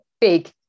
big